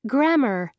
Grammar